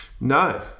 No